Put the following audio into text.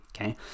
Okay